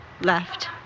left